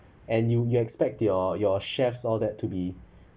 and you you expect your your chefs all that to be